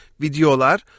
videolar